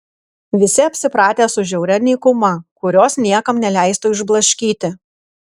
visi apsipratę su žiauria nykuma kurios niekam neleistų išblaškyti